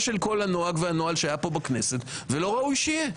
של הנוהג והנוהל שהיה פה בכנסת ולא ראוי שיהיה.